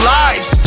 lives